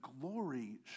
glory